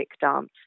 dance